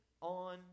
on